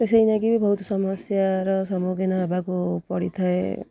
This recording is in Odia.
ତ ସେଇଲାଗି ବି ବହୁତ ସମସ୍ୟାର ସମ୍ମୁଖୀନ ହେବାକୁ ପଡ଼ିଥାଏ